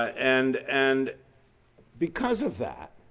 and and because of that,